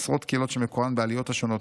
עשרות קהילות שמקורן בעליות השונות,